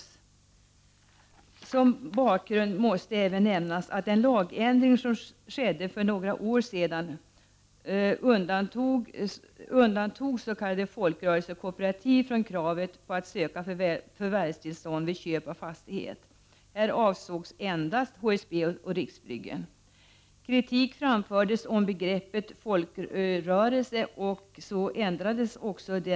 Som bakgrund måste även nämnas att den lagändring som skedde för några år sedan undantog s.k. folkrörelsekooperativ från kravet på att söka förvärvstillstånd vid köp av fastighet. Här avsågs endast HSB och Riksbyggen. Kritik framfördes, och begreppet folkrörelse ändrades.